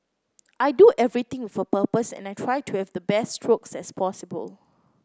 I do everything with a purpose and I try to have the best strokes as possible